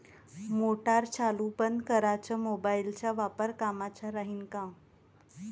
Motor चालू बंद कराच मोबाईलचा वापर कामाचा राहीन का?